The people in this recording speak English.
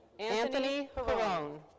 anthony perrone.